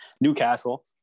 newcastle